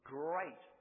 great